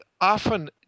often